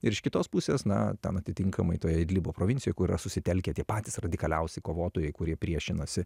ir iš kitos pusės na ten atitinkamai toj idlibo provincijoj kur yra susitelkę tie patys radikaliausi kovotojai kurie priešinasi